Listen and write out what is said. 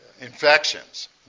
infections